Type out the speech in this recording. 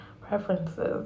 preferences